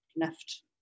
left